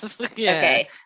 Okay